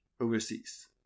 overseas